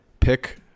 pick